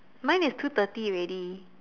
mine is two thirty already